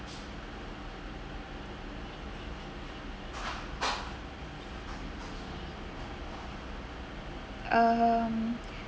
um